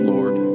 Lord